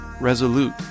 resolute